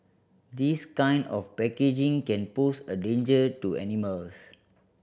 this kind of packaging can pose a danger to animals